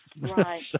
Right